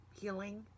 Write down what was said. healing